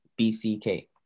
BCK